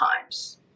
times